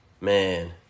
Man